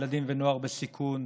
ילדים ונוער בסיכון,